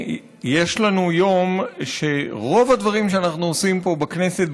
יש לנו יום שבו רוב הדברים שאנחנו עושים פה בכנסת,